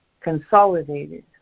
consolidated